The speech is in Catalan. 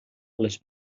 les